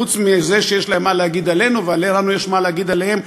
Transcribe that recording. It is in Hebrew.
חוץ מזה שיש להם מה להגיד עלינו ולנו יש מה להגיד עליהם,